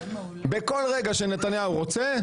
בכל רגע שנתניהו רוצה,